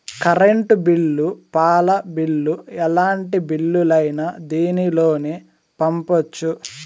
current bill పాల bill ఎలాంటి బిల్లులైనా దీనితోనే పంపొచ్చు